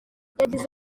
yagize